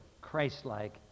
Christ-like